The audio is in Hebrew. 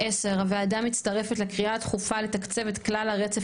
הוועדה מצטרפת לקריאה הדחופה לתקצב את כלל הרצף